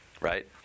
right